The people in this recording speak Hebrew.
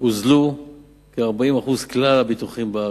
הוזלו כ-40% מכלל הביטוחים בארץ,